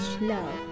love